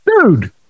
dude